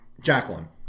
Jacqueline